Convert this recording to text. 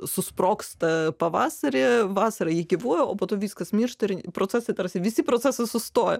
susprogsta pavasarį vasarą ji gyvuoja o po to viskas miršta ir procese tarsi visi procesai sustoja